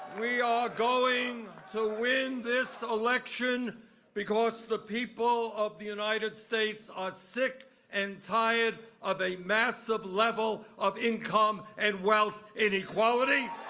we are going to win this election because the people of the united states are sick and tired of a massive level of income and wealth inequality.